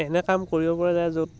এনে কাম কৰিবপৰা যায় য'ত